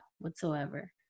whatsoever